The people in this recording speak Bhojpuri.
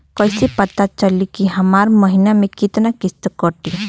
कईसे पता चली की हमार महीना में कितना किस्त कटी?